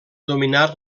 dominar